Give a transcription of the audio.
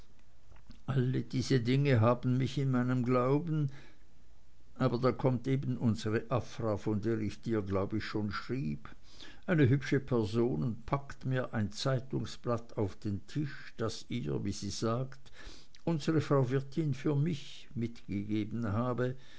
alle diese dinge haben mich in meinem glauben aber da kommt eben unsere afra von der ich dir glaube ich schon schrieb eine hübsche person und packt mir ein zeitungsblatt auf den tisch das ihr wie sie sagt unsere frau wirtin für mich gegeben habe